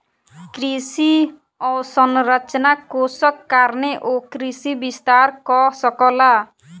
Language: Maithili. कृषि अवसंरचना कोषक कारणेँ ओ कृषि विस्तार कअ सकला